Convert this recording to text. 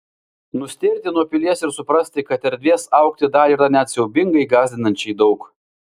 nustėrti nuo pilies ir suprasti kad erdvės augti dar yra net siaubingai gąsdinančiai daug